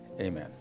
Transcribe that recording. amen